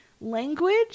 language